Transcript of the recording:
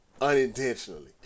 Unintentionally